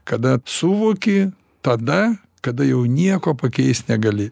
kada suvoki tada kada jau nieko pakeist negali